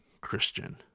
christian